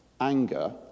anger